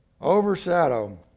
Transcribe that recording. overshadow